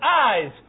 eyes